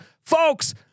folks